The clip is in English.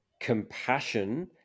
compassion